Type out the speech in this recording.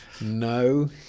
No